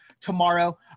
tomorrow